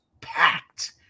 packed